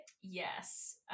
Yes